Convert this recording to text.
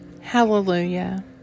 Hallelujah